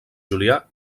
julià